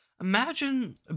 Imagine